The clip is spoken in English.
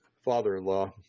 father-in-law